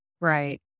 Right